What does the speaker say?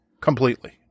Completely